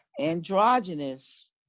androgynous